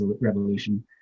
revolution